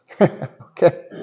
Okay